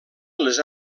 les